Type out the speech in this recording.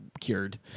cured